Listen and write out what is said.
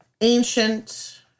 ancient